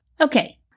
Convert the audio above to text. Okay